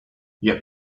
yet